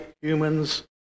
humans